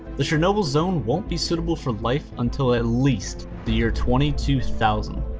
the chernobyl zone won't be suitable for life until at least the year twenty two thousand.